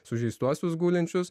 sužeistuosius gulinčius